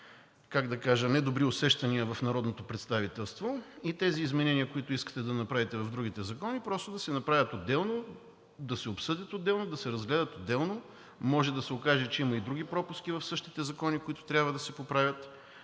как да кажа, недобри усещания в народното представителство и тези изменения, които искате да направите в другите закони, просто да се направят отделно, да се обсъдят отделно, да се разгледат отделно? Може да се окаже, че има и други пропуски в същите закони, които трябва да се поправят.